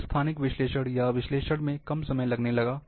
फिर स्थानिक विश्लेषण के विश्लेषण में कम समय लगने लगा